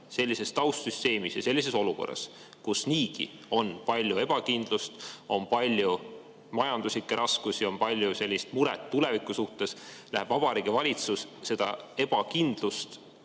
sellises taustsüsteemis ja sellises olukorras, kus niigi on palju ebakindlust, on palju majanduslikke raskusi, on palju muret tuleviku suhtes, läheb Vabariigi Valitsus seda ebakindlust